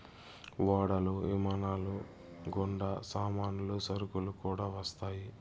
ఓడలు విమానాలు గుండా సామాన్లు సరుకులు కూడా వస్తాయి